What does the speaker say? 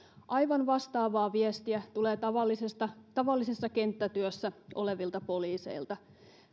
aivan vastaavaa viestiä tulee tavallisessa kenttätyössä olevilta poliiseilta